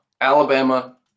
Alabama